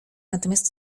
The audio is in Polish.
natomiast